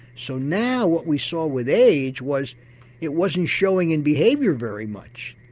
so now what we saw with age was it wasn't showing in behaviour very much.